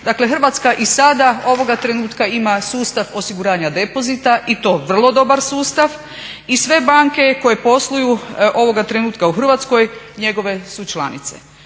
Dakle, Hrvatska i sada, ovoga trenutka, ima sustav osiguranja depozita i to vrlo dobar sustav i sve banke koje posluju ovoga trenutka u Hrvatskoj njegove su članice.